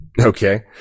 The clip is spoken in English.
Okay